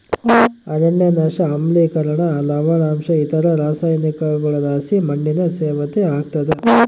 ಅರಣ್ಯನಾಶ ಆಮ್ಲಿಕರಣ ಲವಣಾಂಶ ಇತರ ರಾಸಾಯನಿಕಗುಳುಲಾಸಿ ಮಣ್ಣಿನ ಸವೆತ ಆಗ್ತಾದ